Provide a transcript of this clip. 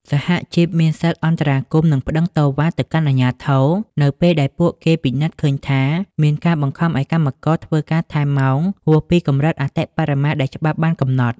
សហជីពមានសិទ្ធិអន្តរាគមន៍ និងប្តឹងតវ៉ាទៅកាន់អាជ្ញាធរ នៅពេលដែលពួកគេពិនិត្យឃើញថាមានការបង្ខំឱ្យកម្មករធ្វើការថែមម៉ោងហួសពីកម្រិតអតិបរមាដែលច្បាប់បានកំណត់។